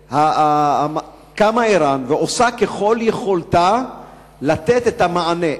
קמה ער"ן ועושה ככל יכולתה לתת את המענה,